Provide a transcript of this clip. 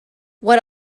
what